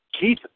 Keith